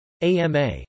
AMA